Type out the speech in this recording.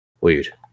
Weird